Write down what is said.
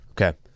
Okay